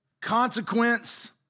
consequence